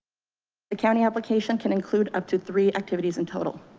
the county application can include up to three activities in total.